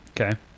Okay